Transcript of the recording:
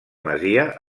masia